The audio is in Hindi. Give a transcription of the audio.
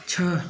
छह